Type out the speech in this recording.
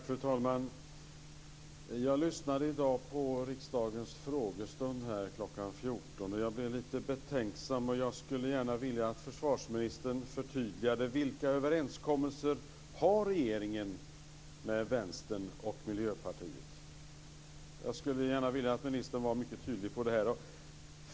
Fru talman! Jag lyssnade i dag på riksdagens frågestund kl. 14. Jag blev lite betänksam. Jag skulle gärna vilja att försvarsministern förtydligade vilka överenskommelser som regeringen har med Vänstern och Miljöpartiet. Jag skulle vilja att ministern är mycket tydlig.